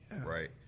right